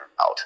out